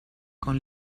con